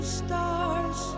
stars